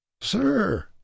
sir